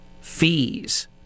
fees